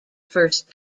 first